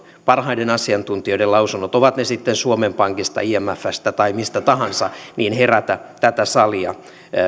parhaiden asiantuntijoiden lausunnot ovat ne sitten suomen pankista imfstä tai mistä tahansa herätä tätä salia